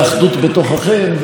לא הכול סובב סביבכם.